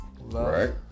right